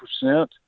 percent